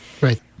Right